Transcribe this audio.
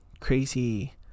crazy